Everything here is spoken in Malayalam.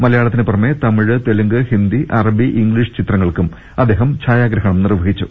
മലയാളത്തിന് പുറമെ തമിഴ് തെലുങ്ക് ഹിന്ദി അറബി ഇംഗ്ലീഷ് ചിത്രങ്ങൾക്കും അദ്ദേഹം ഛായാഗ്രഹണം നിർവഹിച്ചു